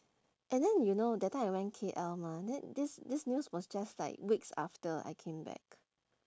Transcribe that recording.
and then you know that time I went K_L mah then this this news was just like weeks after I came back